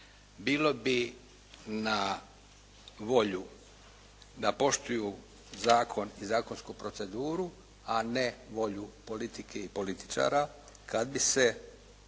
bilo bi na volju da poštuju zakon i zakonsku proceduru, a ne volju politike i političara kad bi se